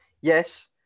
Yes